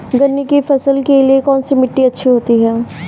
गन्ने की फसल के लिए कौनसी मिट्टी अच्छी होती है?